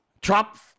Trump